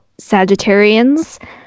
Sagittarians